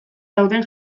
daude